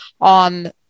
on